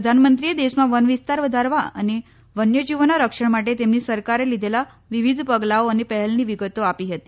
પ્રધાનમંત્રીએ દેશમાં વનવિસ્તાર વધારવા અને વન્ય જીવોના રક્ષણ માટે તેમની સરકારે લીધેલા વિવિધ પગલાંઓ અને પહેલની વિગતો આપી હતી